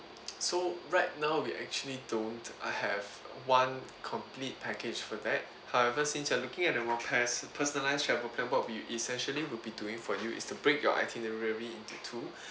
so right now we actually don't I have one complete package for that however since you are looking at the request personalised travel plan what we essentially will be doing for you is to break your itinerary into two